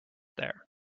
there